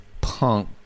punk